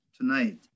tonight